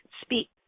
speak